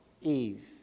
Eve